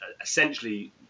essentially